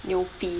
牛逼